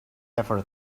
ever